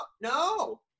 no